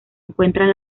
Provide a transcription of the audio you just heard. encuentran